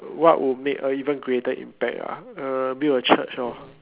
what would make a even greater impact ah uh build a church lor